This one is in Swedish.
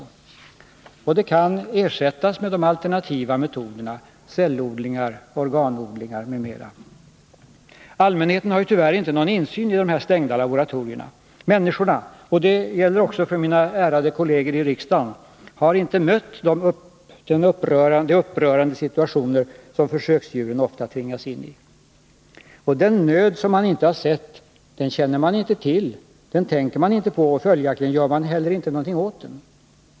Djurförsöken kan ersättas med de alternativa metoderna, cellodlingar, organodlingar, m.m. Allmänheten har tyvärr inte någon insyn i dessa stängda laboratorier. Människorna — det gäller också mina ärade kolleger i riksdagen — har inte mött de upprörande situationer som försöksdjuren ofta tvingats in i. Och den nöd som man inte har sett den känner man inte till och tänker inte på, och följaktligen gör man inte heller något åt den.